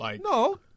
No